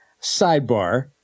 sidebar